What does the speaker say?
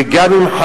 וגם אם,